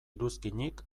iruzkinik